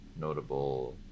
notable